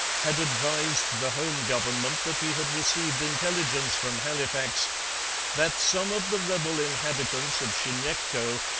had advised the home government that he had received intelligence from halifax that some of the rebel inhabitants of chignecto,